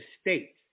state